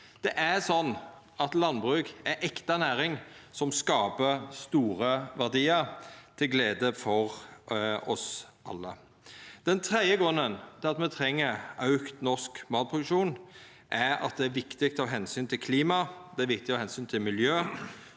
busetjing. Landbruk er ei ekte næring som skapar store verdiar til glede for oss alle. Den tredje grunnen til at me treng auka norsk matproduksjon, er at det er viktig av omsyn til klimaet, det er viktig av omsyn til miljø,